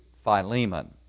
Philemon